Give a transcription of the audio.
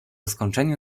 skończeniu